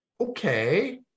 okay